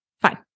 fine